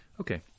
okay